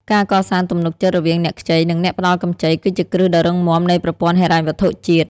ការកសាងទំនុកចិត្តរវាងអ្នកខ្ចី និងអ្នកផ្ដល់កម្ចី គឺជាគ្រឹះដ៏រឹងមាំនៃប្រព័ន្ធហិរញ្ញវត្ថុជាតិ។